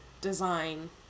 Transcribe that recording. design